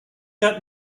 got